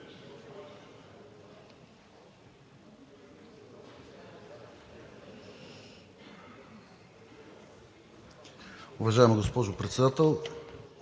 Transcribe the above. Уважаема госпожо Председател,